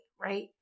right